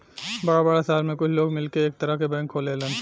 बड़ा बड़ा सहर में कुछ लोग मिलके एक तरह के बैंक खोलेलन